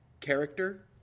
character